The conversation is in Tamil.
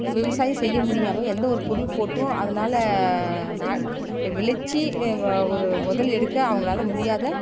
விவசாயம் செய்ய முடியாமல் எந்த ஒரு பொருள் போட்டும் அதனால் விளைவிச்சி ஒரு முதல் எடுக்க அவங்களால முடியாத